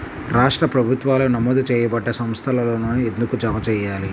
రాష్ట్ర ప్రభుత్వాలు నమోదు చేయబడ్డ సంస్థలలోనే ఎందుకు జమ చెయ్యాలి?